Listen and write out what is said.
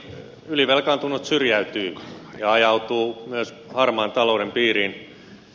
moni ylivelkaantunut syrjäytyy ja ajautuu myös harmaan talouden piiriin